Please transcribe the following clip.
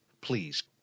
Please